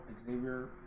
Xavier